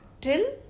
till